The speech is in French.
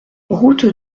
route